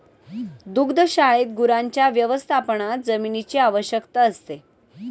दुग्धशाळेत गुरांच्या व्यवस्थापनात जमिनीची आवश्यकता असते